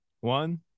one